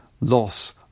loss